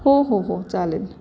हो हो हो चालेल